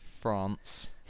France